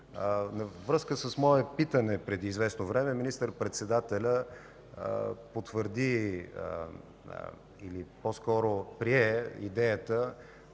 връзка с мое питане преди известно време, министър-председателят потвърди или по-скоро прие идеята